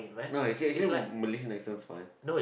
no actually actually Malaysian accent is fine